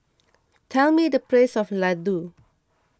tell me the price of Laddu